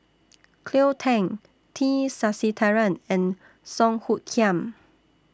Cleo Thang T Sasitharan and Song Hoot Kiam